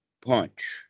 punch